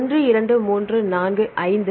1 2 3 4 5